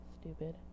Stupid